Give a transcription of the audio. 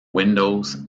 windows